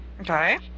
Okay